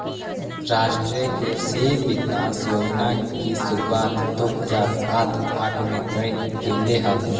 राष्ट्रीय कृषि विकास योजना की शुरुआत दो हज़ार सात आठ में करल गेलइ हल